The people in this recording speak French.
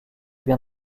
bien